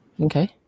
Okay